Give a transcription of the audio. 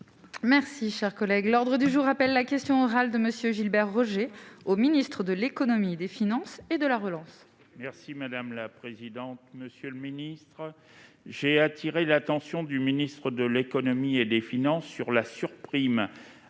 Merci, chers collègues, l'ordre du jour appelle la question orale de Monsieur Gilbert Roger, au ministre de l'Économie, des finances et de la relance. Merci madame la présidente, monsieur le ministre, j'ai attiré l'attention du ministre de l'Économie et des Finances sur la surprime